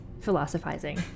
philosophizing